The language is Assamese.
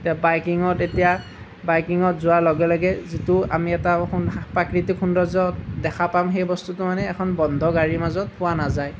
এতিয়া বাইকিঙত এতিয়া বাইকিঙত যোৱাৰ লগে লগে যিটো আমি এটা প্ৰাকৃতিক সৌন্দৰ্য্য দেখা পাম সেই বস্তুটো মানে এখন বন্ধ গাড়ীৰ মাজত পোৱা নাযায়